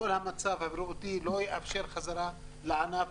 כל המצב הבריאותי לא יאפשר חזרה לענף